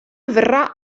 avverrà